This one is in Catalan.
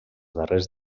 darrers